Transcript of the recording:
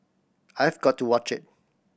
I've got to watch it